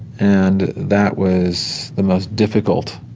and that was the most difficult,